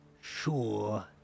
sure